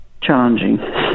challenging